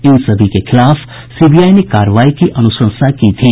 इन सभी के खिलाफ सीबीआई ने कार्रवाई की अनुशंसा की थी